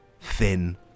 Thin